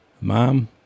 mom